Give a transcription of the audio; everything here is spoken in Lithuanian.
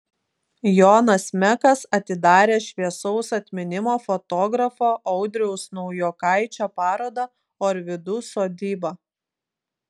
jonas mekas atidarė šviesaus atminimo fotografo audriaus naujokaičio parodą orvidų sodyba